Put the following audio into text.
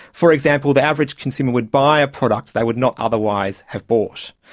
for example, the average consumer would buy a product they would not otherwise have bought.